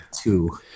two